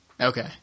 Okay